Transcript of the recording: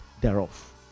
thereof